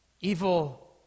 evil